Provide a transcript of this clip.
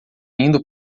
indo